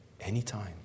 anytime